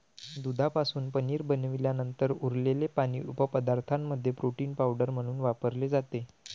दुधापासून पनीर बनवल्यानंतर उरलेले पाणी उपपदार्थांमध्ये प्रोटीन पावडर म्हणून वापरले जाते